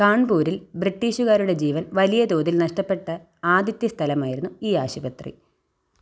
കാൺപൂരിൽ ബ്രിട്ടീഷുകാരുടെ ജീവൻ വലിയതോതില് നഷ്ടപ്പെട്ട ആദ്യത്തെ സ്ഥലമായിരുന്നു ഈ ആശുപത്രി